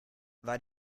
war